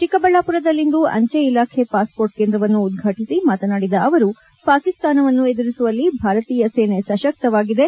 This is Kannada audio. ಚಿಕ್ಕಬಳ್ದಾಮರದಲ್ಲಿಂದು ಅಂಚೆ ಇಲಾಖೆ ಪಾಸ್ಮೋರ್ಟ್ ಕೇಂದ್ರವನ್ನು ಉದ್ಘಾಟಿಸಿ ಮಾತನಾಡಿದ ಅವರು ಪಾಕಿಸ್ತಾನವನ್ನು ಎದುರಿಸುವಲ್ಲಿ ಭಾರತೀಯ ಸೇನೆ ಸಶಕ್ತವಾಗಿದೆ